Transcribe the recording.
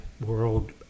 world